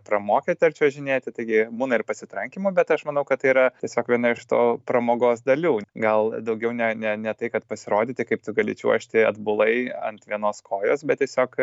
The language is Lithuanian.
pramokę tar čiuožinėti taigi būna ir pasitrankymų bet aš manau kad tai yra tiesiog viena iš to pramogos dalių gal daugiau ne ne ne tai kad pasirodyti kaip tu gali čiuožti atbulai ant vienos kojos bet tiesiog